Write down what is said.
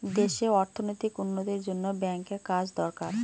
দেশে অর্থনৈতিক উন্নতির জন্য ব্যাঙ্কের কাজ দরকার